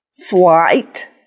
flight